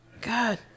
God